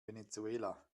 venezuela